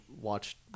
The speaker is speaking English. watched